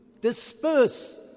disperse